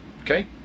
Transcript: okay